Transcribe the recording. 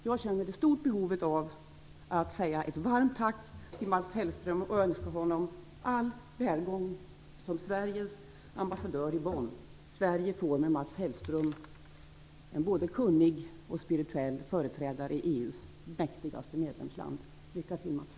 Jag känner ett stort behov av att säga ett varmt tack till Mats Hellström och önska honom all välgång som Sveriges ambassadör i Bonn. Sverige får med Mats Hellström en både kunnig och spirituell företrädare i EU:s mäktigaste medlemsland. Lycka till!